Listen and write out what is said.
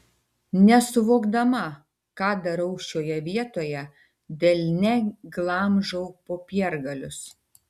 nesuvokdama ką darau šioje vietoje delne glamžau popiergalius